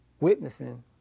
witnessing